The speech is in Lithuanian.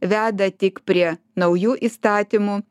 veda tik prie naujų įstatymų